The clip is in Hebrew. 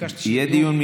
ביקשתי שיהיה דיון.